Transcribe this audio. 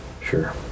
sure